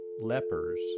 lepers